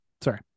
Sorry